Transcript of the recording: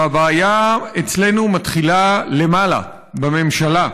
והבעיה אצלנו מתחילה למעלה, בממשלה.